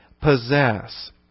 possess